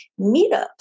meetups